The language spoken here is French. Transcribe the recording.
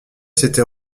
c’était